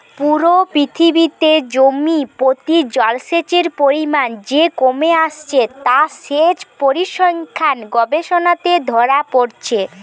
পুরো পৃথিবীতে জমি প্রতি জলসেচের পরিমাণ যে কমে আসছে তা সেচ পরিসংখ্যান গবেষণাতে ধোরা পড়ছে